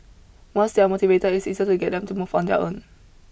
once they are motivated it's easier to get them to move on their own